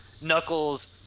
Knuckles